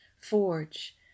forge